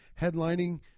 headlining